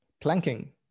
planking